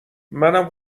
منم